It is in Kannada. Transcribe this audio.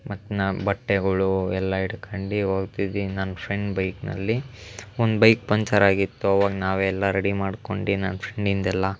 ಮತ್ತು ನಾನು ಬಟ್ಟೆಗಳು ಅವೆಲ್ಲ ಇಟ್ಕಂಡು ಹೋಗ್ತಿದ್ವಿ ನನ್ನ ಫ್ರೆಂಡ್ ಬೈಕ್ನಲ್ಲಿ ಒಂದು ಬೈಕ್ ಪಂಚರ್ ಆಗಿತ್ತು ಅವಾಗ ನಾವೇ ಎಲ್ಲ ರಡಿ ಮಾಡ್ಕೊಂಡು ನನ್ನ ಫ್ರೆಂಡಿಂದೆಲ್ಲ